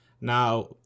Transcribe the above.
Now